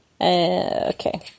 Okay